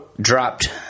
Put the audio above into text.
dropped